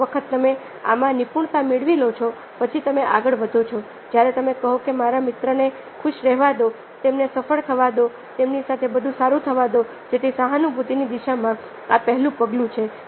એક વખત તમે આમાં નિપુણતા મેળવી લો છો પછી તમે આગળ વધો છો જ્યારે તમે કહો કે મારા મિત્ર ને ખુશ રહેવા દો તેમને સફળ થવા દો તેમની સાથે બધું સારું થવા દો જેથી સહાનુભૂતિની દિશામાં આ પહેલું પગલું છે